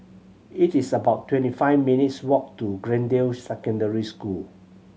it is about twenty five minutes' walk to Greendale Secondary School